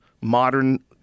modern